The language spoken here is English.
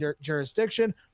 jurisdiction